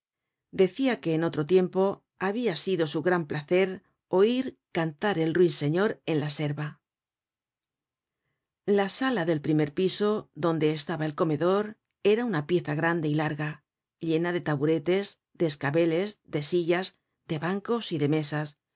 decia que en otro tiempo habia sido su gran placer oir cantar al ruin señor en la serva la sala del primer piso donde estaba el comedor era una pieza grande y larga llena de taburetes de escabeles de sillas de bancos y de mesas